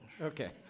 Okay